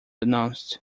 announced